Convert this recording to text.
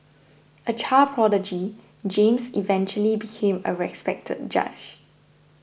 a child prodigy James eventually became a respected judge